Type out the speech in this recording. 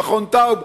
מרכז טאוב,